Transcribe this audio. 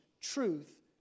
truth